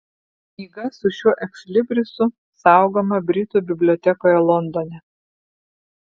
knyga su šiuo ekslibrisu saugoma britų bibliotekoje londone